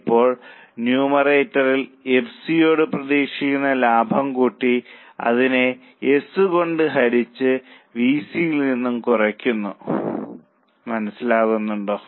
ഇപ്പോൾ നുമറേറ്ററിൽ എഫ്സിയോട് പ്രതീക്ഷിക്കുന്ന ലാഭം കൂട്ടി അതിനെ എസ് കൊണ്ട് ഹരിച്ച് വിസി യിൽ നിന്നും കുറയ്ക്കുന്നു മനസ്സിലാകുന്നുണ്ടോ